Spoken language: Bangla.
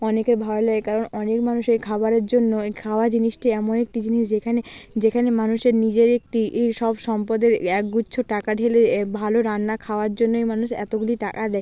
অনেকের ভালো লাগে কারণ অনেক মানুষ এই খাবারের জন্য এই খাওয়া জিনিসটি এমন একটি জিনিস যেখানে যেখানে মানুষের নিজের একটি সব সম্পদের একগুচ্ছ টাকা ঢেলে ভালো রান্না খাওয়ার জন্যই মানুষ এতোগুলি টাকা দেয়